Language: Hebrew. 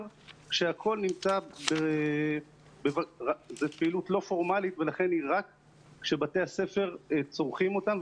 כשהכול נמצא בפעילות לא פורמלית ולכן היא רק כשבתי הספר צורכים אותם,